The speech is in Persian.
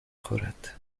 خورد